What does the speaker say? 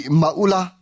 maula